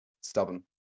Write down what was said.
stubborn